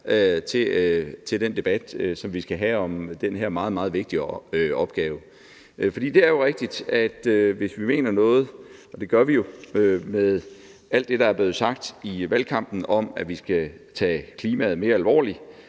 til den debat, som vi skal have om den her meget, meget vigtige opgave. For det er jo rigtigt, at hvis vi mener noget – og det gør vi jo – med alt det, der er blevet sagt i valgkampen, om, at vi skal tage klimaet og særlig